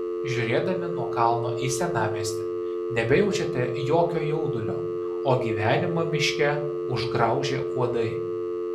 žiūrėdami nuo kalno į senamiestį nebejaučiate jokio jaudulio o gyvenimą miške užgraužė uodai